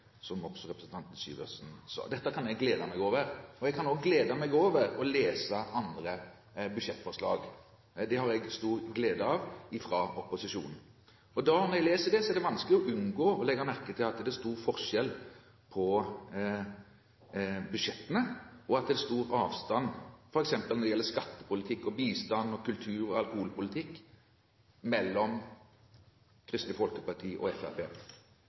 som også representanten Syversen sa. Dette kan jeg glede meg over. Jeg har også stor glede av å lese andre budsjettforslag fra opposisjonen, og når jeg leser dem, er det vanskelig å unngå å legge merke til at det er stor forskjell på budsjettene, og at det er stor avstand mellom Kristelig Folkeparti og